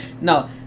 no